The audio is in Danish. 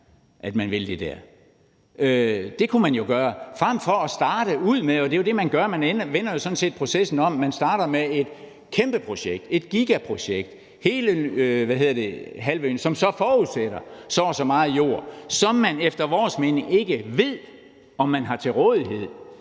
set processen om; man starter med et kæmpe projekt, et giga projekt, hele halvøen, som så forudsætter så og så meget jord, som man efter vores mening ikke ved om man har til rådighed